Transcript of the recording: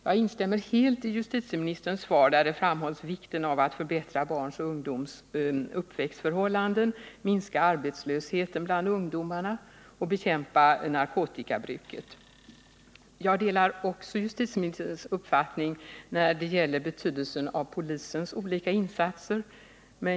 Jag instämmer helt i justitieministerns svar, där han framhåller vikten av att förbättra barns och ungdomars uppväxtförhållanden, minska arbetslösheten bland ungdomen och bekämpa narkotikabruket. Jag delar också justitieministerns uppfattning när det gäller betydelsen av polisens olika insatser.